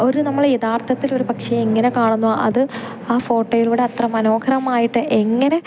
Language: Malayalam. ഒരു നമ്മൾ യഥാർത്ഥത്തിലൊരു പക്ഷെ എങ്ങനെ കാണുന്നു അത് ആ ഫോട്ടോയിലൂടെ അത്ര മനോഹരമായിട്ട് എങ്ങനെ